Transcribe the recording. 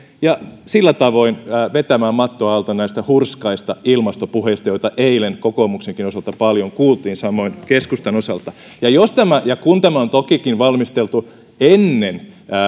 ja sillä tavoin vetämään mattoa alta näiltä hurskailta ilmastopuheilta joita eilen kokoomuksenkin osalta paljon kuultiin samoin keskustan osalta jos ja kun tämä on tokikin valmisteltu ennen